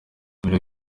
mbere